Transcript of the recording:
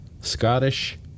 Scottish